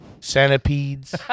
centipedes